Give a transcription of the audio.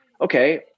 okay